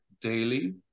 daily